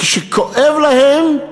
כשכואב להם,